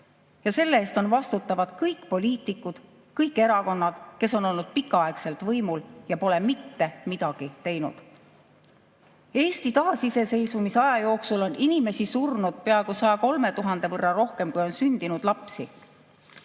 Selle eest on vastutavad kõik poliitikud, kõik erakonnad, kes on olnud pikka aega võimul ja pole mitte midagi teinud. Eesti taasiseseisvumisaja jooksul on inimesi surnud peaaegu 103 000 võrra rohkem, kui on sündinud lapsi.